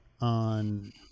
on